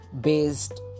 Based